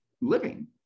living